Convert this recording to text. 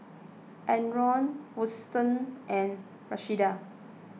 Adron Woodson and Rashida